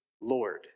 Lord